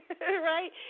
right